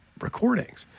recordings